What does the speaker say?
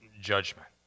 judgment